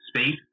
Speed